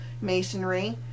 masonry